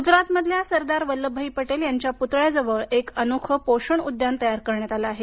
ग्जरातमधल्या सरदार वल्लभभाई पटेल यांच्या पुतळ्याजवळ एक अनोखं पोषण उद्यान तयार करण्यात आलं आहे